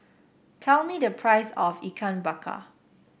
tell me the price of Ikan Bakar